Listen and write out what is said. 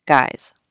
Guys